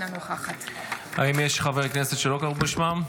אינה נוכחת האם יש חברי כנסת שלא קראו בשמם?